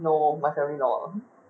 no my family not